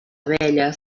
abella